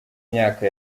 myaka